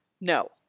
No